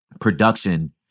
production